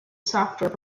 software